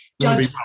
judge